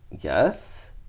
Yes